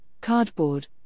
Cardboard